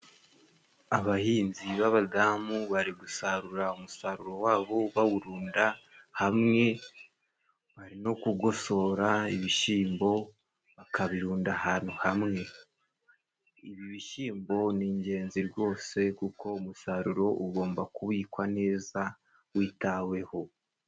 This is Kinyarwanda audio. Abahinzi b'abadamu bari gusarura umusaruro wabo bawurunda hamwe, no kugosora ibishyimbo bakabirunda ahantu hamwe, ibi bishyimbo ni ingenzi rwose kuko umusaruro ugomba kubikwa neza witaweho.